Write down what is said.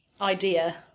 idea